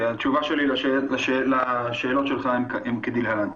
התשובה שלי לשאלות שלך הן כדלהלן.